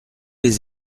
les